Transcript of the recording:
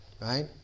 right